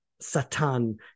Satan